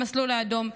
המסלול האדום,